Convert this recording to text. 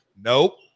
Nope